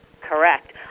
Correct